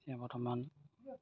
যে বৰ্তমান